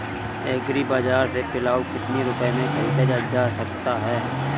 Agree बाजार से पिलाऊ कितनी रुपये में ख़रीदा जा सकता है?